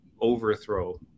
overthrow